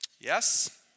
Yes